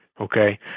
okay